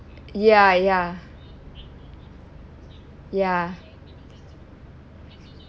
ya ya ya